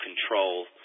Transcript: control